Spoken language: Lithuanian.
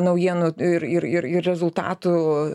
naujienų ir ir ir rezultatų